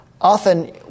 Often